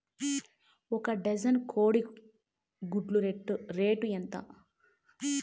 ఒక డజను కోడి గుడ్ల రేటు ఎంత?